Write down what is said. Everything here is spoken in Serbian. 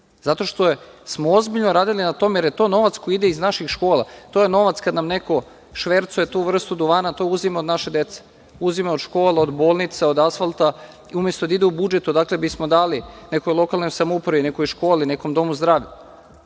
Zato što smo ozbiljno radili na tome, jer je to novac koji ide iz naših škola. Kada neko švercuje tu vrstu duvana to uzima od naše dece, uzima od škola, od bolnica, od asfalta, umesto da ide u budžet odakle bismo dali nekoj lokalnoj samoupravi, nekoj školi, nekom domu